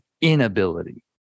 inability